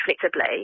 flexibly